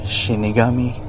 Shinigami